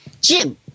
Jim